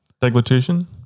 Deglutition